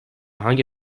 hangi